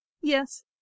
Yes